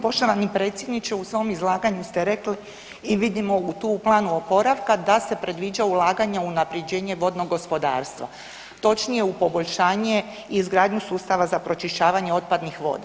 Poštovani predsjedniče u svom izlaganju ste rekli i vidimo to i u planu oporavka da se predviđaju ulaganja u unapređenje vodnog gospodarstva, točnije u poboljšanje i izgradnju sustava za pročišćavanje otpadnih voda.